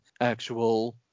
actual